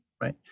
right